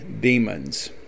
demons